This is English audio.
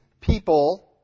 people